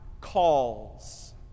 calls